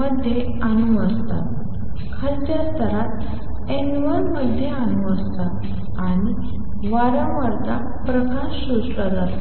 मध्ये अणू असतात खालच्या स्तरात N1 मध्ये अणू असतात आणि वारंवारता प्रकाश शोषला जातो